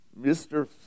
Mr